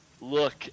look